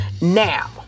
Now